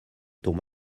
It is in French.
tombe